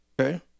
Okay